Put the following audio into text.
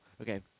Okay